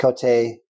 Cote